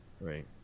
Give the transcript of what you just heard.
Right